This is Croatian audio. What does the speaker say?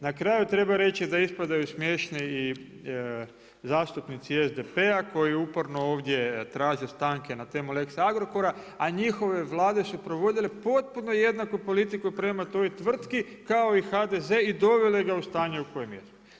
Na kraju treba reći da ispadaju smiješni i zastupnici SDP-a koji uporno ovdje traže stanke na temu Lex Agrokora a njihove Vlade su provodile potpuno jednaku politiku prema toj tvrtki kao i HDZ i dovele ga u stanje u kojem je.